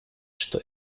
что